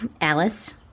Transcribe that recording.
Alice